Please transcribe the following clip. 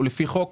ולפי חוק,